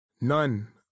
None